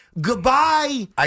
Goodbye